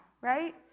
right